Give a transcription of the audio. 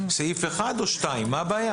סעיף 1 או 2. מה הבעיה?